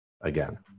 Again